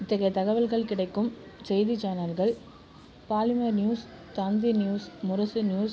இத்தகைய தகவல்கள் கிடைக்கும் செய்தி சேனல்கள் Polimer news Thanthi news Murasu news